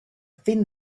thin